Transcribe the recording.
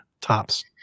tops